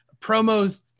promos